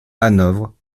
hanovre